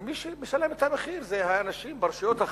ומי שמשלם את המחיר זה האנשים ברשויות החלשות,